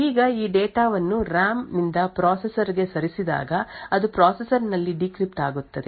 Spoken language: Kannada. ಈಗ ಈ ಡೇಟಾ ವನ್ನು RAM ನಿಂದ ಪ್ರೊಸೆಸರ್ ಗೆ ಸರಿಸಿದಾಗ ಅದು ಪ್ರೊಸೆಸರ್ ನಲ್ಲಿ ಡೀಕ್ರಿಪ್ಟ್ ಆಗುತ್ತದೆ